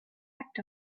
act